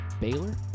Baylor